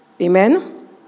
Amen